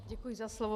Děkuji za slovo.